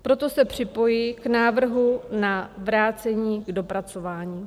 Proto se připojuji k návrhu na vrácení k dopracování.